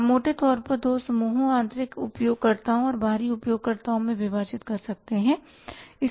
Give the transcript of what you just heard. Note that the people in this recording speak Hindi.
आप मोटे तौर पर दो समूहों आंतरिक उपयोगकर्ताओं और बाहरी उपयोगकर्ताओं में विभाजित कर सकते हैं